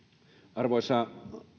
arvoisa